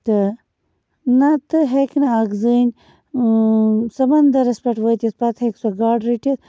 تہٕ نہ تہٕ ہیٚکہِ نہٕ اَکھ زٔنۍ سمندَرَس پٮ۪ٹھ وٲتِتھ پتہٕ ہیٚکہِ سۄ گاڈٕ رٔٹِتھ